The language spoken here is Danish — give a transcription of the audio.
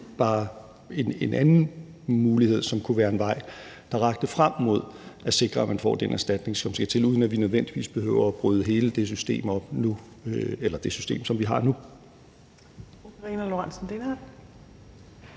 er bare en anden mulig vej, der rækker frem mod at sikre, at man får den erstatning, som skal til, uden at vi nødvendigvis behøver at bryde hele det system, vi har nu,